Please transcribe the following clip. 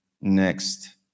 next